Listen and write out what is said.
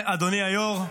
אדוני היו"ר,